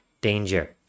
danger